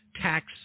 tax